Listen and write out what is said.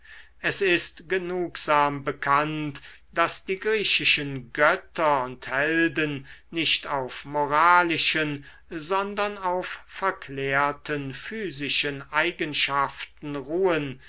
es ist genugsam bekannt daß die griechischen götter und helden nicht auf moralischen sondern auf verklärten physischen eigenschaften ruhen